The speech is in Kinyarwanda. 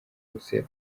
wose